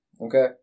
okay